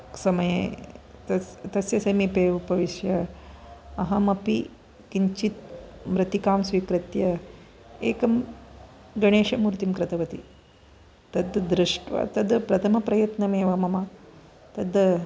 समये तस् तस्य समीपे उपविश्य अहमपि किञ्चित् मृत्तिकां स्वीकृत्य एकं गणेशमूर्तिं कृतवती तद् दृष्ट्वा तद् प्रथमप्रयत्नमेव मम तद्